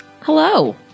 Hello